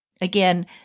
Again